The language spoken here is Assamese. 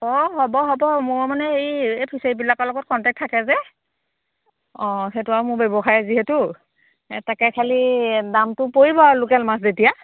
অঁ হ'ব হ'ব মই মানে এই এই ফিচাৰীবিলাকৰ লগত কণ্টেক থাকে যে অঁ সেইটো আৰু মোৰ ব্যৱসায় যিহেতু এই তাকে খালি দামটো পৰিব আৰু লোকেল মাছ যদি